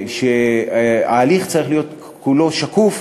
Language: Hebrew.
שההליך צריך להיות כולו שקוף,